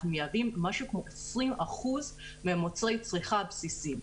אנחנו מייבאים משהו כמו 20% ממוצרי הצריכה הבסיסיים,